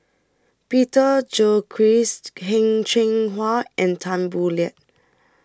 Peter Gilchrist Heng Cheng Hwa and Tan Boo Liat